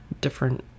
different